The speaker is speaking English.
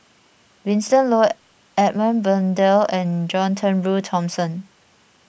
Winston Oh Edmund Blundell and John Turnbull Thomson